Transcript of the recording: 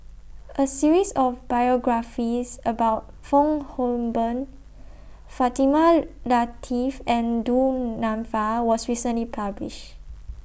A series of biographies about Fong Hoe Beng Fatimah Lateef and Du Nanfa was recently published